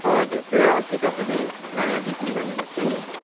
हजुर त्यो अस्ति तपाईँले नयाँ गीत निकाल्नुभएको थियो नि